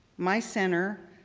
my center,